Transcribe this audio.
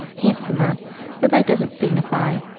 handsomer, though that doesn't signify,